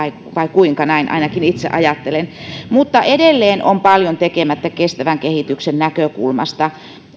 kuinka näin ainakin itse ajattelen mutta edelleen on paljon tekemättä kestävän kehityksen näkökulmasta